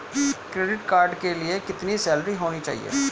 Credit card के लिए कितनी सैलरी होनी चाहिए?